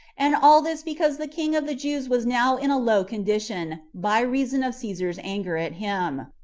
and all this because the king of the jews was now in a low condition, by reason of caesar's anger at him.